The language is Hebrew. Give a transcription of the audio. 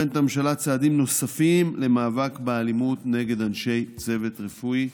הממשלה בוחנת צעדים נוספים למאבק באלימות נגד אנשי צוות רפואי.